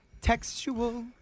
textual